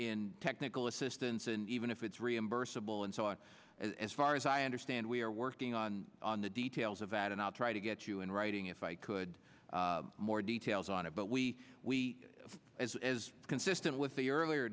in technical assistance and even if it's reimbursable and so on as far as i understand we are working on on the details of that and i'll try to get you in writing if i could more details on it but we we as is consistent with the earlier